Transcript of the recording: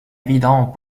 évident